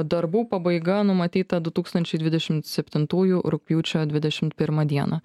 darbų pabaiga numatyta du tūkstančiai dvidešimt septintųjų rugpjūčio dvidešimt pirmą dieną